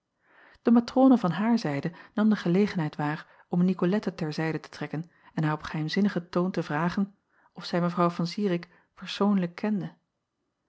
e matrone van hare zijde nam de gelegenheid waar om icolette ter zijde te trekken en haar op geheimzinnigen toon te vragen of zij w an irik persoonlijk kende